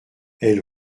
elle